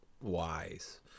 Wise